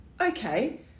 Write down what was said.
okay